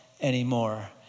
anymore